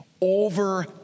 Over